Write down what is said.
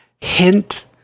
hint